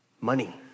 money